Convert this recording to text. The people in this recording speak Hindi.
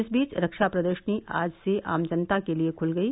इस बीच रक्षा प्रदर्शनी आज से आम जनता के लिए खुल गयी